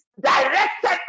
directed